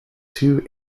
two